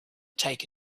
take